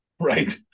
Right